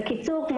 בקיצור,